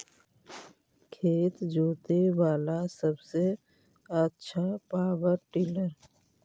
खेत जोते बाला सबसे आछा पॉवर टिलर?